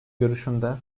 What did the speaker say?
görüşünde